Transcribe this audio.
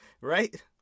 Right